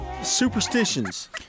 superstitions